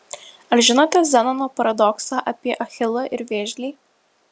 ar žinote zenono paradoksą apie achilą ir vėžlį